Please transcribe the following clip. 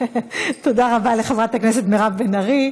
תודה רבה לחברת הכנסת מירב בן ארי.